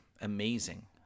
amazing